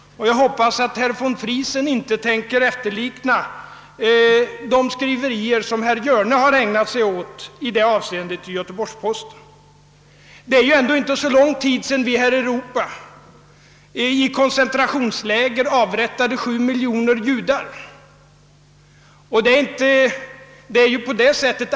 Jag hoppas att herr von Friesen inte instämmer i de skriverier som herr Hjörne i Göteborgs-Posten i det avseendet har ägnat sig åt. Det är ju ändå inte så länge sedan som vi här i Europa avrättade 7 miljoner judar i koncentrationsläger.